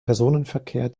personenverkehr